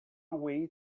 away